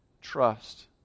Trust